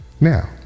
Now